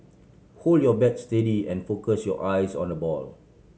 hold your bat steady and focus your eyes on the ball